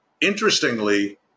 Interestingly